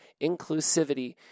inclusivity